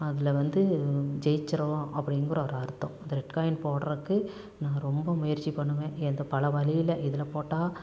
அதில் வந்து ஜெயிச்சுருவோம் அப்படிங்கிற ஒரு அர்த்தம் இந்த ரெட் காயின் போடுவதுக்கு நான் ரொம்ப முயற்சி பண்ணுவேன் எந்த பல வழியில் இதில் போட்டால்